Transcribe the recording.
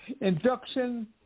Induction